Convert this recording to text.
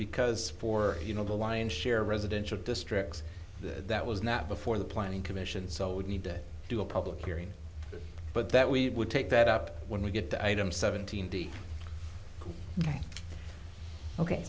because for you know the lion's share of residential districts that was not before the planning commission so it would need to do a public hearing but that we would take that up when we get the item seventeen ok